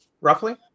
roughly